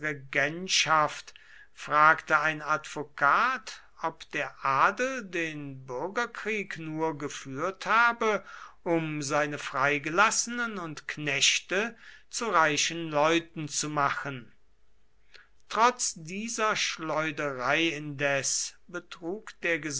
regentschaft fragte ein advokat ob der adel den bürgerkrieg nur geführt habe um seine freigelassenen und knechte zu reichen leuten zu machen trotz dieser schleuderei indes betrug der